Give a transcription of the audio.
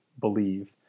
believe